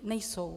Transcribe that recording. Nejsou.